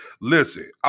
listen